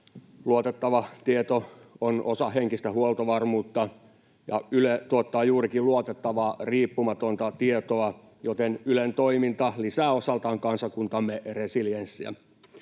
Luotettava tieto on osa henkistä huoltovarmuutta, ja Yle tuottaa juurikin luotettavaa, riippumatonta tietoa, joten Ylen toiminta lisää osaltaan kansakuntamme resilienssiä.